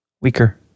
weaker